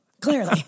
clearly